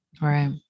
right